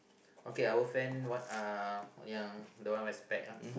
okay our friend what uh ya the one wear spec ah